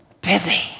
Busy